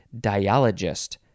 dialogist